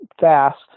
fast